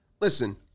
Listen